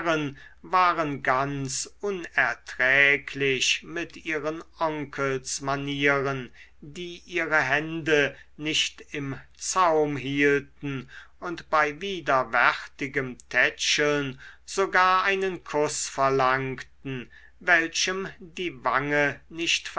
waren ganz unerträglich mit ihren onkelsmanieren die ihre hände nicht im zaum hielten und bei widerwärtigem tätscheln sogar einen kuß verlangten welchem die wange nicht